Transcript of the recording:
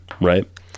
right